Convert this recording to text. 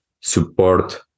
support